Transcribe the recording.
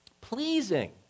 Pleasing